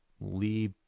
Lee